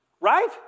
Right